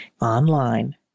online